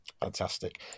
fantastic